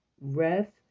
rest